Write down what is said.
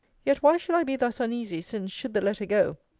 yet why should i be thus uneasy, since, should the letter go,